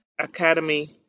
Academy